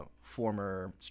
former